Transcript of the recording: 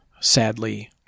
sadly